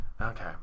Okay